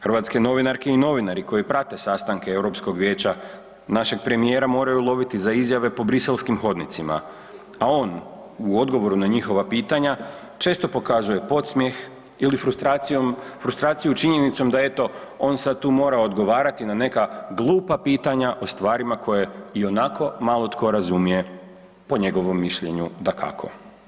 Hrvatske novinarke i novinari koji prate sastanke EU vijeća, našeg premijera moraju loviti za izjave po briselskim hodnicima, a on u odgovoru na njihova pitanja, često pokazuje podsmjeh ili frustraciju činjenicom da eto, on sad tu mora odgovarati na neka glupa pitanja o stvarima koje ionako malo tko razumije, po njegovom mišljenju, dakako.